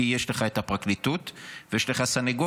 כי יש לך את הפרקליטות ויש לך סנגורים,